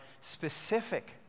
specific